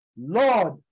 Lord